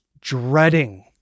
dreading